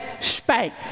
spank